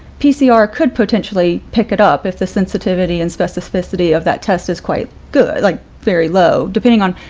pcr could potentially pick it up if the sensitivity and specificity of that test is quite good, like very low depending on